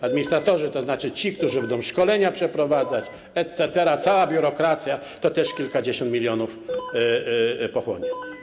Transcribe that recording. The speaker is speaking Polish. administratorzy, to znaczy ci, którzy będą szkolenia przeprowadzać etc., cała biurokracja też kilkadziesiąt milionów pochłonie.